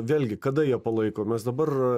vėlgi kada jie palaiko mes dabar